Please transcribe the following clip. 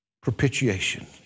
Propitiation